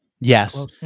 Yes